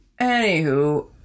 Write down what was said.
Anywho